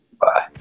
Bye